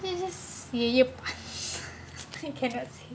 it's just yup yup I cannot